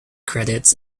credits